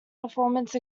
performance